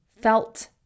felt